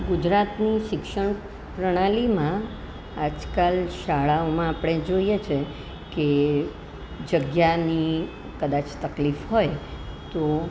ગુજરાતની શિક્ષણ પ્રણાલીમાં આજકાલ શાળઓમાં આપણે જોઈએ છે કે જગ્યાની કદાચ તકલીફ હોય તો